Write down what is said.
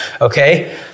okay